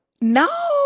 No